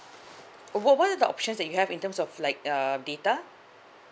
what what are the options that you have in terms of like uh data